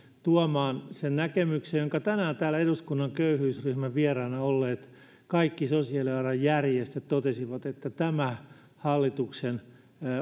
tuomaan sen näkemyksen jonka kaikki tänään täällä eduskunnan köyhyysryhmän vieraana olleet sosiaalialan järjestöt totesivat että tämä hallituksen